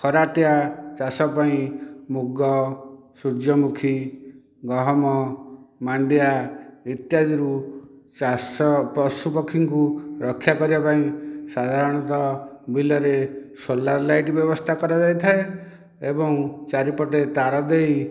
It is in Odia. ଖରାଟିଆ ଚାଷ ପାଇଁ ମୁଗ ସୂର୍ଯ୍ୟମୁଖୀ ଗହମ ମାଣ୍ଡିଆ ଇତ୍ୟାଦିରୁ ଚାଷ ପଶୁପକ୍ଷୀଙ୍କୁ ରକ୍ଷା କରିବାପାଇଁ ସାଧାରଣତଃ ବିଲରେ ସୋଲାର ଲାଇଟ୍ ବ୍ୟବସ୍ଥା କରାଯାଇଥାଏ ଏବଂ ଚାରିପଟେ ତାର ଦେଇ